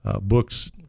books